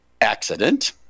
accident